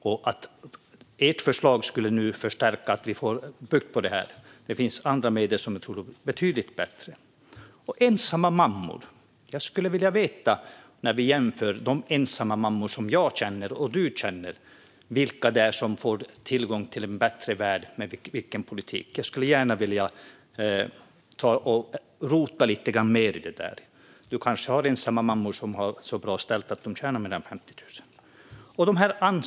Skulle ert förslag leda till att vi får bukt med detta? Nej, det finns andra medel som jag tror är betydligt bättre. Ann-Charlotte Hammar Johnsson talar om ensamma mammor. Vi kan jämföra de ensamma mammor som jag känner och de som du känner. Vilka av dem är det som får tillgång till en bättre värld och med vilken politik? Jag skulle gärna vilja rota lite mer i det. Du kanske känner ensamma mammor som har det så bra ställt att de tjänar mer än 50 000 kronor.